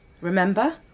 Remember